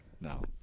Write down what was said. No